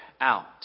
out